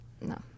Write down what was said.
no